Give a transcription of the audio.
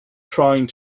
trying